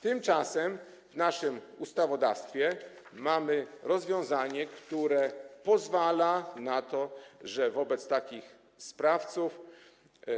Tymczasem w naszym ustawodawstwie mamy rozwiązanie, które pozwala na to, że wobec takich sprawców